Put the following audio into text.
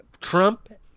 Trump